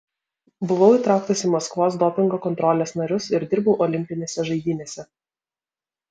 buvau įtrauktas į maskvos dopingo kontrolės narius ir dirbau olimpinėse žaidynėse